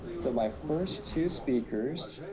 so my first two speakers,